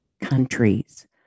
countries